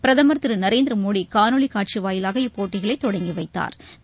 பிரதம் திரு நரேந்திரமோடி காணொலி காட்சி வாயிலாக இப்போட்டிகளை தொடங்கி வைத்தாா்